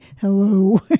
Hello